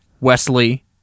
Wesley